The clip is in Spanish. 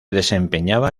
desempeñaba